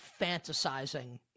fantasizing